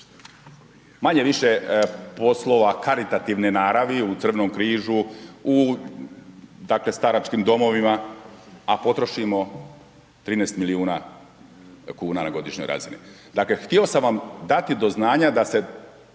manje-više poslova karitativne naravi, u Crvenom križu, u dakle staračkim domovima a potrošimo 13 milijuna kuna na godišnjoj razini. Dakle htio sam vam dati do znanja da se